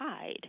hide